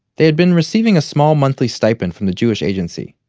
they had been receiving a small monthly stipend from the jewish agency.